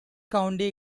county